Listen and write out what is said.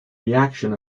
reaction